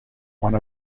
one